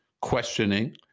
questioning